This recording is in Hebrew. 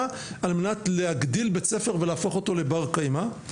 על מנת להגדיל בית ספר ולהפוך אותו לבר-קיימא.